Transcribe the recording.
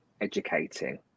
educating